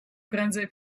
prędzej